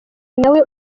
nawe